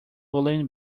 woolen